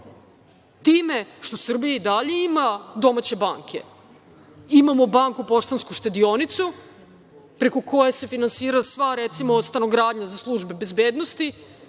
time što Srbija i dalje ima domaće banke. Imamo banku „Poštansku štedionicu“ preko koje se finansira sva stanogradnja za službe bezbednosti